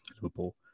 Liverpool